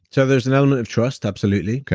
so, there's an element of trust, absolutely